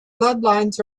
bloodlines